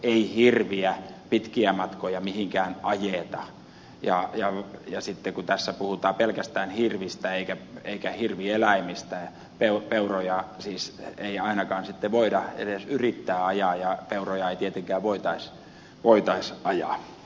ei hirviä pitkiä matkoja mihinkään ajeta ja sitten kun tässä puhutaan pelkästään hirvistä eikä hirvieläimistä peuroja siis ei ainakaan voida edes yrittää ajaa ja peuroja ei tietenkään voitaisi ajaa